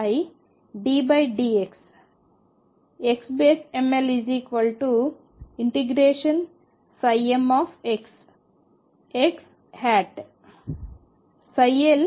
xml ∫ m xహ్యాట్ ldx